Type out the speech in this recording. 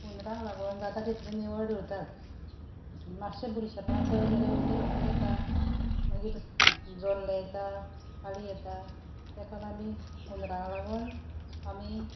हुंदरांक लागून जाता तितलें निवळ दवरतात मातशे बुरशेपणा चड जालीं जाल्यार हुंदीर रोकडे येता मागीर जोल्ले येता पाली येता ताका लागून आमी हुंदराक लागून आमी